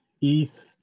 East